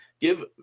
Give